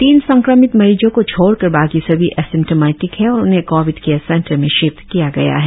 तीन संक्रमित मरिजो को छोड़कर बाकी सभी एसिम्टोमेटिक है और उन्हें कोविड केयर सेंटर में शिफ्ट किया गया है